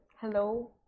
Hello